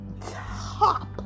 top